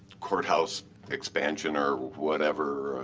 courthouse expansion or whatever,